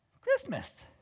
Christmas